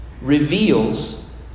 reveals